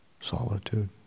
solitude